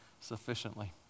sufficiently